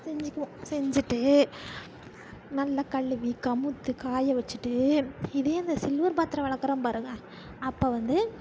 செஞ்சுக்குவோம் செஞ்சுட்டு நல்லா கழுவி கமுத்து காய வச்சுட்டு இதையே இந்த சில்வர் பாத்திரம் விளக்குறோம் பாருங்கள் அப்போது வந்து